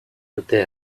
dute